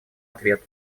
ответ